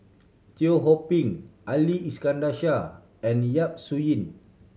Teo Ho Pin Ali Iskandar Shah and Yap Su Yin